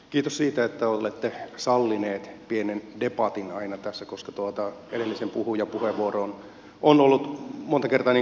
kiitos siitä että olette sallinut pienen debatin aina tässä koska edellisen puhujan puheenvuoroon on ollut monta kertaa kommentoitavaa